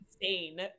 insane